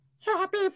Happy